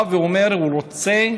בא ואומר, הוא רוצה